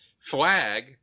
Flag